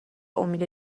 امید